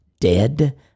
dead